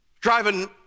driving